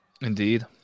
Indeed